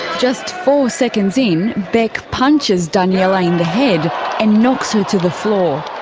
just four seconds in, bec punches daniella in the head and knocks her to the floor.